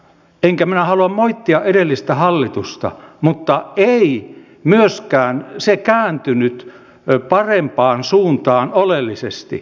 en minä halua moittia edellistä hallitusta mutta ei myöskään se kääntynyt parempaan suuntaan oleellisesti